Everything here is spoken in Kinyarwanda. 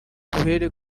duhere